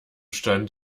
stand